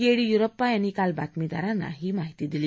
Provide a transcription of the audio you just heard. येडीयुरप्पा यांनी काल बातमीदारांना ही माहिती दिली